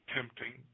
Tempting